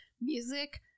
music